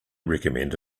recommend